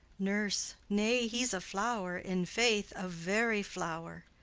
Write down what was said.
nurse. nay, he's a flower, in faith a very flower.